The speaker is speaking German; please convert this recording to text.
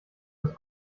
das